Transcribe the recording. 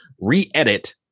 re-edit